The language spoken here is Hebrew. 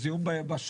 או זיהום ביבשה,